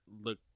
look